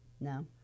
No